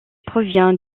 provient